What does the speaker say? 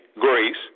grace